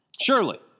surely